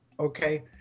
Okay